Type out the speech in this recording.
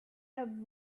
have